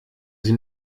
sie